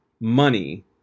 Money